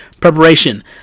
preparation